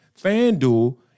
Fanduel